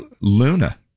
Luna